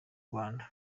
rwanda